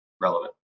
relevant